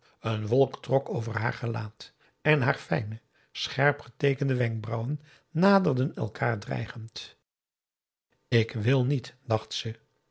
een wolk trok over haar gelaat en haar fijne scherp geteekende wenkbrauwen naderden elkaar dreigend ik wil niet dacht ze